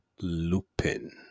Lupin